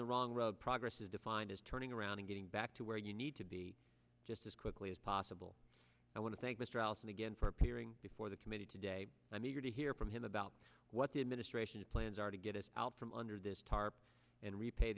the wrong road progress is defined as turning around and getting back to where you need to be just as quickly as possible i want to thank mr allison again for appearing before the committee today and i'm eager to hear from him about what the administration's plans are to get us out from under this tarp and repay